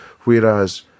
whereas